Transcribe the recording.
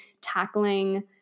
tackling